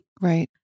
Right